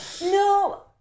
No